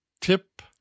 tip